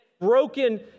broken